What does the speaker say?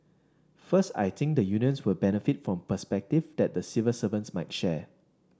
first I think the unions will benefit from perspective that the civil servants might share